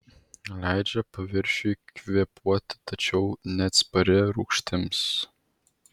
leidžia paviršiui kvėpuoti tačiau neatspari rūgštims